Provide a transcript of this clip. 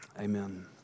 amen